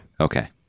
Okay